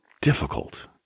difficult